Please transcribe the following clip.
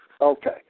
Okay